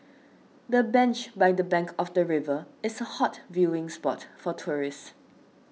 the bench by the bank of the river is hot viewing spot for tourists